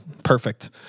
Perfect